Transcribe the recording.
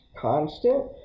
constant